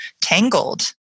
tangled